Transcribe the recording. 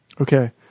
Okay